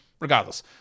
regardless